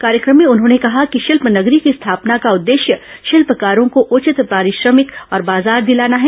कार्यक्रम में उन्होंने कहा कि शिल्पनगरी की स्थापना का उद्देश्य शिल्पकारों को उचित पारिश्रमिक और बाजार दिलाना है